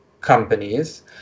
companies